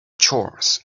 chores